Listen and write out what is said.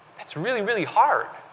that's really, really hard.